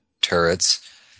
turrets